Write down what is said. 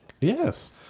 Yes